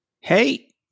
Hey